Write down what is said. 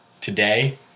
today